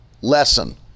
lesson